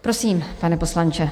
Prosím, pane poslanče.